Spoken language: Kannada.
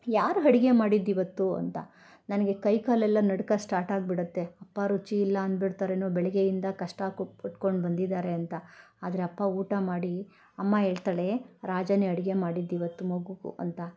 ಯಾರು ಅಡ್ಗೆ ಮಾಡಿದ್ದು ಇವತ್ತು ಅಂತ ನನಗೆ ಕೈಕಾಲೆಲ್ಲ ನಡುಕ ಸ್ಟಾಟಾಗಿ ಬಿಡುತ್ತೆ ಅಪ್ಪ ರುಚಿಯಿಲ್ಲ ಅಂದುಬಿಡ್ತಾರೇನೋ ಬೆಳಗ್ಗೆಯಿಂದ ಕಷ್ಟ ಕು ಪಟ್ಕೊಂಡು ಬಂದಿದಾರೆ ಅಂತ ಆದರೆ ಅಪ್ಪ ಊಟ ಮಾಡಿ ಅಮ್ಮ ಹೇಳ್ತಾಳೆ ರಾಜನೇ ಅಡುಗೆ ಮಾಡಿದ್ದು ಇವತ್ತು ಮಗುಗು ಅಂತ